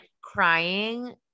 Crying